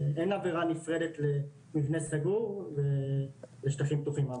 אין עבירה נפרדת למבנה סגור ולשטחים פתוחים.